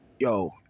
Yo